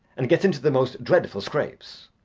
and gets into the most dreadful scrapes.